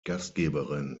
gastgeberin